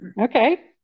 Okay